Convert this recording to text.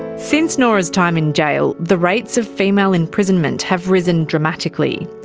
since nora's time in jail, the rates of female imprisonment have risen dramatically.